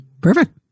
perfect